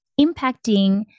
impacting